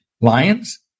Lions